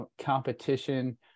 competition